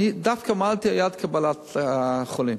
עמדתי דווקא ליד קבלת החולים,